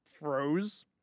froze